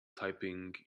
typing